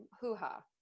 hoo-ha